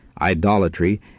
idolatry